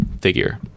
figure